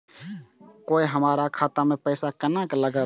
कोय हमरा खाता में पैसा केना लगते?